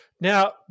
Now